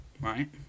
right